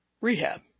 rehab